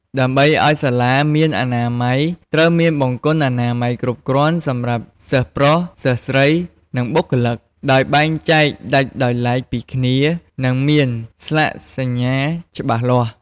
ដើម្បីឲ្យសាលាមានអនាម័យត្រូវមាន បង្គន់អនាម័យគ្រប់គ្រាន់សម្រាប់សិស្សប្រុស សិស្សស្រី និងបុគ្គលិក ដោយបែងចែកដាច់ដោយឡែកពីគ្នា និងមានស្លាកសញ្ញាច្បាស់លាស់។